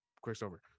Quicksilver